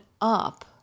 up